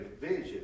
vision